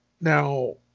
now